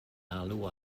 alw